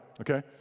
okay